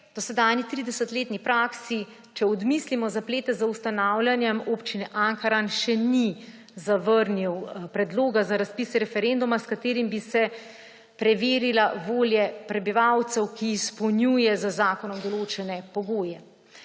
dosedanji 30-letni praksi, če odmislimo zaplete z ustanavljanjem Občine Ankaran, še ni zavrnil predloga za razpis referenduma, s katerim bi se preverila volja prebivalcev, ki izpolnjuje z zakonom določene pogoje.